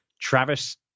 Travis